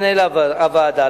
מנהל הוועדה,